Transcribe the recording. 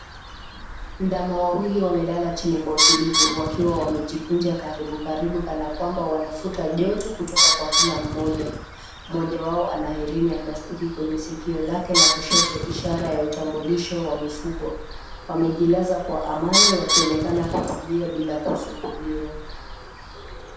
Ndama wawili wamelala chini Kwa utulivu wakiwa wamejikuja karibu karibu kana kwamba wanavuta joto kutoka Kwa kila mmoja, mmoja wao anahelinya plastiki kwenye sikio lake la kushoto ishara la utambulisho wa mifungo. wamejilaza Kwa amani wakionekana kutulia bila kusumbuliwa.